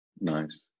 nice